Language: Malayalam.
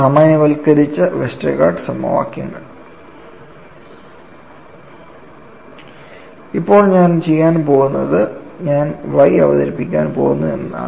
സാമാന്യവൽക്കരിച്ച വെസ്റ്റർഗാർഡ് സമവാക്യങ്ങൾ ഇപ്പോൾ ഞാൻ ചെയ്യാൻ പോകുന്നത് ഞാൻ Y അവതരിപ്പിക്കാൻ പോകുന്നു എന്നതാണ്